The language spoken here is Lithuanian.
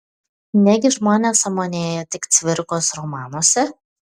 negi žmonės sąmonėja tik cvirkos romanuose